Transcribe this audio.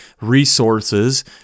resources